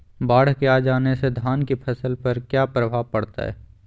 बाढ़ के आ जाने से धान की फसल पर किया प्रभाव पड़ता है?